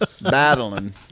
battling